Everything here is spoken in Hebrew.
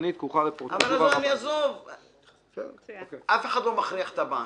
אף אחד לא מכריח את הבנק,